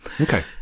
Okay